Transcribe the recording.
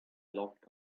locked